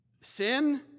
Sin